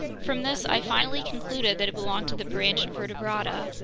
from this i finally concluded that it belonged to the branch vertebrata,